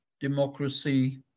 democracy